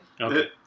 Okay